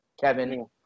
Kevin